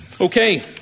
Okay